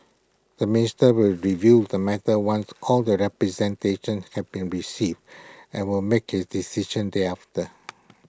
the minister will review the matter once all the representations have been received and will make his decisions thereafter